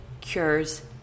cures